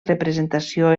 representació